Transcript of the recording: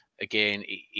again